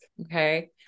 Okay